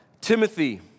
Timothy